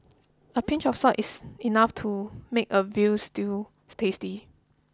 a pinch of salt is enough to make a veal stews tasty